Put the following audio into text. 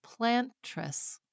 plantress